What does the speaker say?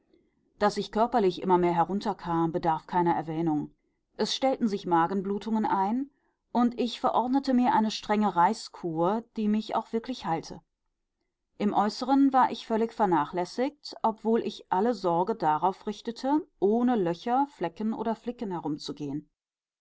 daß ich körperlich immer mehr herunterkam bedarf keiner erwähnung es stellten sich magenblutungen ein und ich verordnete mir eine strenge reiskur die mich auch wirklich heilte im äußeren war ich völlig vernachlässigt obwohl ich alle sorge darauf richtete ohne löcher flecken oder flicken